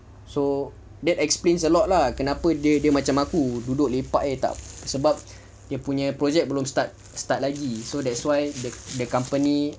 so that explains a lot lah kenapa dia dia macam aku duduk lepak aje tak sebab dia punya project belum start lagi so that's why the the company